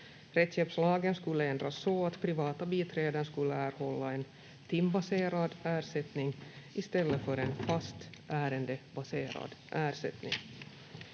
Rättshjälpslagen skulle ändras så att privata biträden skulle erhålla en timbaserad ersättning i stället för en fast ärendebaserad ersättning.